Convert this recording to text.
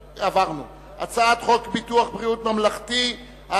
הצעת חוק ביטוח בריאות ממלכתי (תיקון,